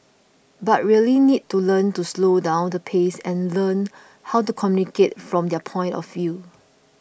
but really need to learn to slow down the pace and learn how to communicate from their point of view